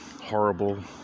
horrible